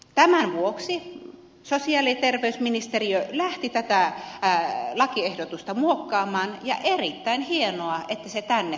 tämän vuoksi sosiaali ja terveysministeriö lähti tätä lakiehdotusta muokkaamaan ja erittäin hienoa että se tänne saatiin